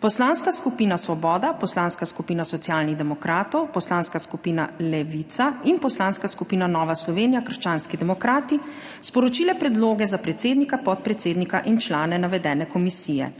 Poslanska skupina Svoboda, Poslanska skupina Socialnih demokratov, Poslanska skupina Levica in Poslanska skupina Nova Slovenija – krščanski demokrati sporočile predloge za predsednika, podpredsednika in člane navedene komisije.